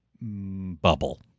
bubble